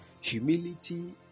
Humility